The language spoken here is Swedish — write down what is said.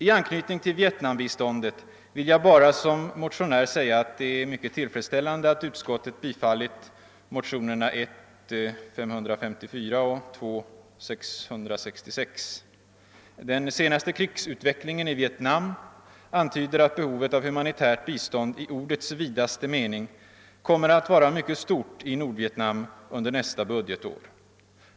I anknytning till Vietnambiståndet vill jag som motionär säga att det är mycket tillfredsställande att utskottet har tillstyrkt bifall till motionerna 1: 554 och II: 660. Den senaste tidens krigsutveckling i Vietnam antyder att behovet av humanitärt bistånd i ordets vidaste mening kommer att vara mycket stort i Nordvietnam under nästa budgetår.